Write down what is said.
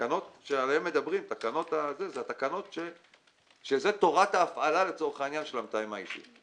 שעליהן מדברים הן תורת ההפעלה לצורך העניין של המתאם.